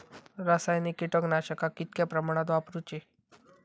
रासायनिक कीटकनाशका कितक्या प्रमाणात वापरूची?